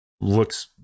looks